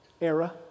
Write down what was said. era